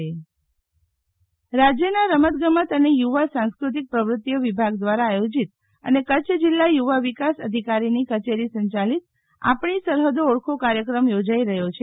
શીતલ વૈશ્વવ કચ્છની સરફદ નો પ્રવાસ રાજ્યના રમતગમત અને યુવા સંસ્કૃતિક પ્રવૃતિઓ વિભાગ દ્વારા આયોજિત અને કચ્છ જીલ્લા યુવા વિકાસ અધિકારીની કચેરી સંચાલિત આપણી સરફદ ઓળખો કાર્યક્રમ યોજાઈ રહ્યો છે